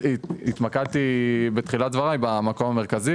התמקדתי בתחילת דבריי במקום המרכזי,